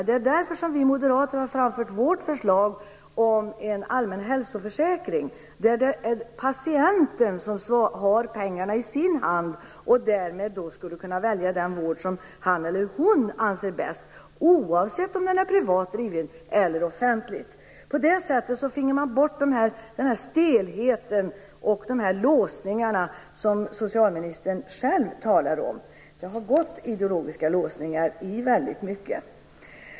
Det är därför som vi moderater har framfört vårt förslag om en allmän hälsoförsäkring, där det är patienten som har pengarna i sin hand och därmed skulle kunna välja den vård som han eller hon anser bäst, oavsett om den drivs privat eller offentligt. På det sättet finge man bort den här stelheten och de här låsningarna, som socialministern själv talar om. Det har gått ideologiska låsningar i väldigt mycket.